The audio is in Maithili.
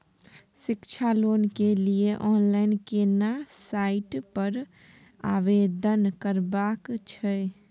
शिक्षा लोन के लिए ऑनलाइन केना साइट पर आवेदन करबैक छै?